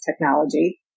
technology